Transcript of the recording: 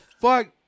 fuck